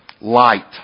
Light